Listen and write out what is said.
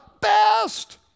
best